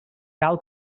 cal